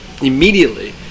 Immediately